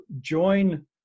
join